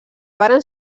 varen